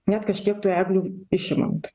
net kažkiek tų eglių išimant